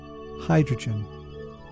hydrogen